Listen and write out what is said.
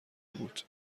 بود